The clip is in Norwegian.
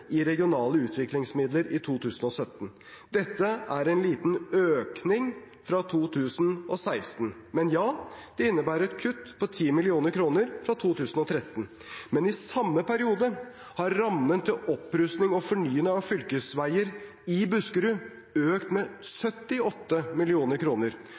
i regionale utviklingsmidler i 2017. Dette er en liten økning fra 2016, men ja, det innebærer et kutt på 10 mill. kr fra 2013. Men i samme periode har rammen til opprustning og fornying av fylkesveier i Buskerud økt med